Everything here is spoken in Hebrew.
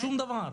שום דבר.